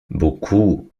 beaucoup